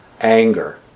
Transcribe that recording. Anger